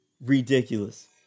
Ridiculous